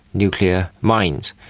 nuclear mines.